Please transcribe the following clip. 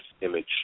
image